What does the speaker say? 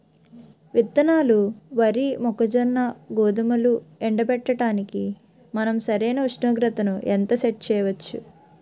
విత్తనాలు వరి, మొక్కజొన్న, గోధుమలు ఎండబెట్టడానికి మనం సరైన ఉష్ణోగ్రతను ఎంత సెట్ చేయవచ్చు?